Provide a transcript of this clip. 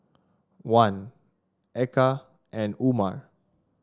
Wan Eka and Umar